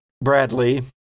Bradley